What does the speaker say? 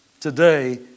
today